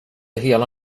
hela